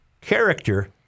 Character